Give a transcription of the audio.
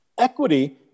Equity